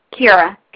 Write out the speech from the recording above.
Kira